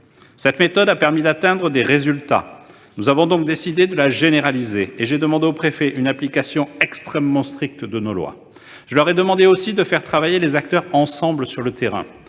Cette méthode a permis d'atteindre des résultats. Nous avons donc décidé de la généraliser, et j'ai demandé aux préfets une application extrêmement stricte de nos lois. Je leur ai demandé aussi de faire travailler les acteurs ensemble sur le terrain.